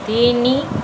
ତିନି